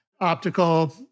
optical